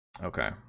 Okay